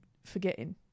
forgetting